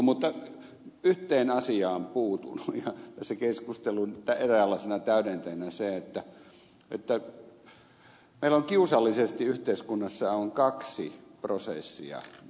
mutta yhteen asiaan puutun tässä keskustelun eräänlaisena täydentäjänä siihen että meillä on kiusallisesti yhteiskunnassa kaksi prosessia menossa